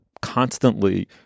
constantly